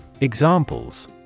Examples